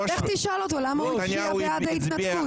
לך תשאל אותו למה הוא הצביע בעד ההתנתקות.